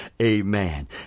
Amen